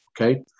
okay